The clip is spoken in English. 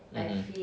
mmhmm